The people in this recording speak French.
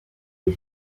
des